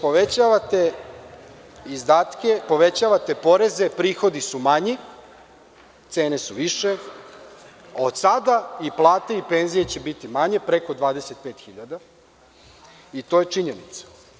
Povećavate izdatke, povećavate poreze, prihodi su manji, cene su više, od sada i plate i penzije će biti manje preko 25.000 i to je činjenica.